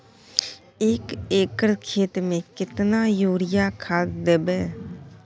एक एकर खेत मे केतना यूरिया खाद दैबे?